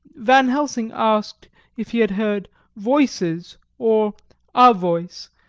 van helsing asked if he had heard voices or a voice,